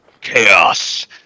Chaos